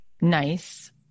nice